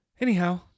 anyhow